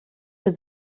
für